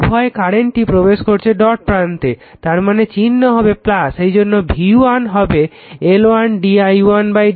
উভয় কারেন্টই প্রবেশ করছে ডট প্রান্তে তারমানে চিহ্ন হবে সেইজন্য v1 হবে L1 d i1 dt M di2 dt